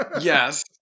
Yes